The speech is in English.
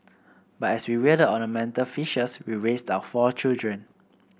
but as we rear the ornamental fishes we raised our four children